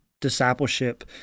discipleship